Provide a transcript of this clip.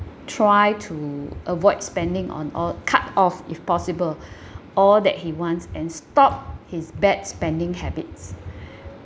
try to avoid spending on all cut off if possible all that he wants and stop his bad spending habits